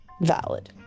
Valid